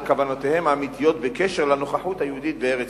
כוונותיהם האמיתיות בקשר לנוכחות היהודית בארץ-ישראל.